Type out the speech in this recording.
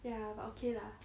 ya but okay lah